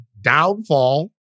downfall